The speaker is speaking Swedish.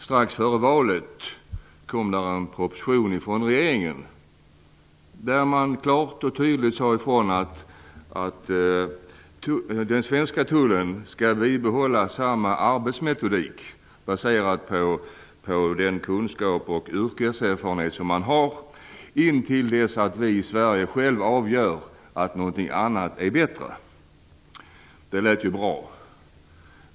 Strax före valet kom en proposition från nuvarande regeringen där det klart och tydligt sades att den svenska tullen skall bibehålla samma arbetsmetodik, baserad på den kunskap och yrkeserfarenhet som man har, intill dess att vi i Sverige avgör att någonting annat är bättre. Det lät ju bra.